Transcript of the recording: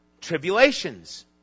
tribulations